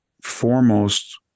foremost